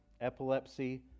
epilepsy